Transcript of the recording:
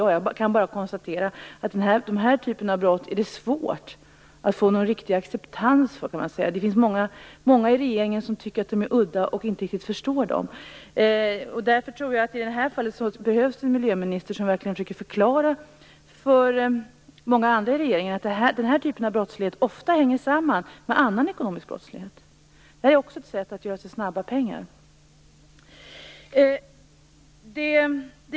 Jag kan bara konstatera att det är svårt att få någon riktig acceptans för den här typen av brott. Det finns många i regeringen som tycker att de är udda och inte förstår dem riktigt. I det här fallet behövs det en miljöminister som verkligen försöker förklara för de andra i regeringen att denna typ av brottslighet ofta hänger samman med annan ekonomisk brottslighet. Denna typ av brottslighet ger snabba pengar.